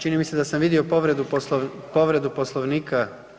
Čini mi se da sam vidio povredu Poslovnika.